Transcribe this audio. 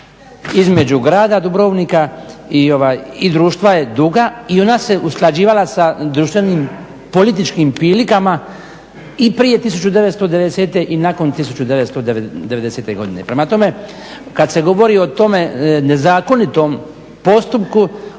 između grada Dubrovnika i društva je duga i ona se usklađivala sa društvenim političkim prilikama i prije 1990.i nakon 1990.godine. Prema tome kada se govori o tome nezakonitom postupku